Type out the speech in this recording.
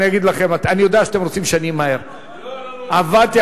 אני אגיד לכם: אני יודע שאתם רוצים שאני אמהר.